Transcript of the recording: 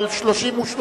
אבל 33 נגד.